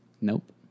Nope